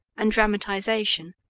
and dramatization.